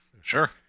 Sure